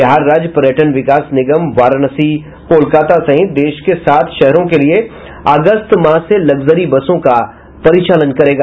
बिहार राज्य पर्यटन विकास निगम वाराणसी कोलकाता सहित देश के सात शहरों के लिए अगस्त माह से लग्जरी बसों का परिचालन करेगा